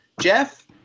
Jeff